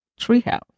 treehouse